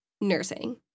nursing